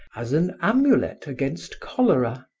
as an amulet against cholera.